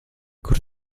kur